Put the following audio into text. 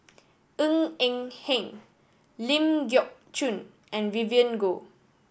Ng Eng Hen Ling Geok Choon and Vivien Goh